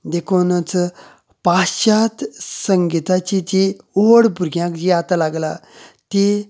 देखूनच पाश्यात्य संगिताची जी ओड भुरग्यांक जी आतां लागल्या तीं